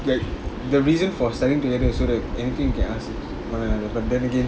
like the reason for studying together is so that anything you can ask but then again